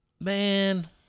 man